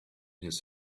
his